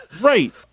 Right